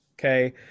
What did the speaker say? Okay